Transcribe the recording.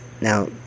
Now